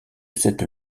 cette